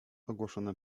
ogłoszone